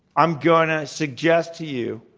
i'm going to suggest to you,